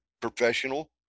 professional